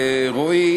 רועי,